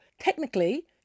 technically